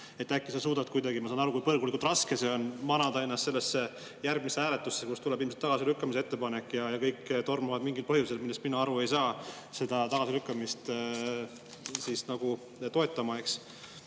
Äkki sa suudad kuidagi … Ma saan aru, kui põrgulikult raske see on, manada ennast sellesse järgmisse hääletusse, kui tuleb ilmselt tagasilükkamise ettepanek ja kõik tormavad mingil põhjusel, millest mina aru ei saa, seda tagasilükkamist nagu toetama, eks.